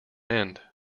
end